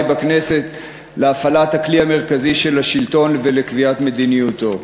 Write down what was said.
בכנסת להפעלת הכלי המרכזי של השלטון ולקביעת מדיניותו.